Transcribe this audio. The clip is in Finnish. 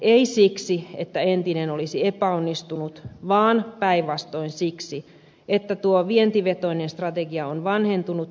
ei siksi että entinen olisi epäonnistunut vaan päinvastoin siksi että tuo vientivetoinen strategia on vanhentunut onnistumisensa myötä